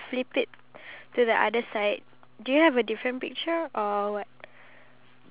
um really the things that they want to have fun